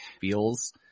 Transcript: feels